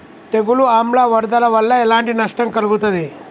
తెగులు ఆమ్ల వరదల వల్ల ఎలాంటి నష్టం కలుగుతది?